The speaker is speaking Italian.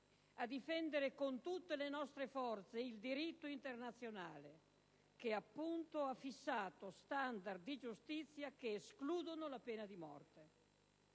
a difendere con tutte le nostre forze il diritto internazionale che appunto ha fissato standard di giustizia che escludono la pena di morte.